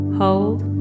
hold